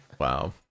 Wow